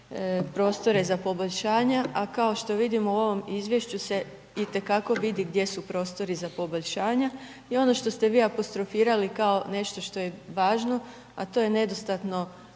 prostore za poboljšanja. A kao što vidimo u ovom izvješću se itekako vidi gdje su prostori za poboljšanja. I ono što ste vi apostrofirali kao nešto što je važno a to je nedostatno